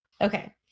okay